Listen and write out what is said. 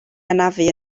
anafu